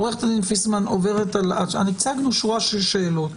עורכת הדין פיסמן, הצגנו שורה שאלות.